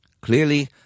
Clearly